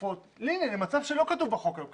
תרופות למצב שלא כתוב בחוק היום,